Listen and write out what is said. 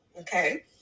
Okay